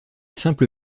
simple